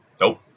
Nope